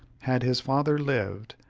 had his father lived,